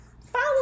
follow